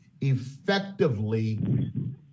effectively